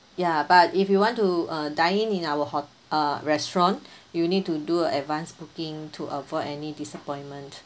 ya but if you want to uh dine in our ho~ uh restaurant you need to do a advance booking to avoid any disappointment